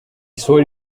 suoi